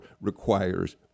requires